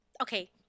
Okay